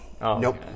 nope